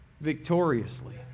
victoriously